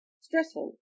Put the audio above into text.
stressful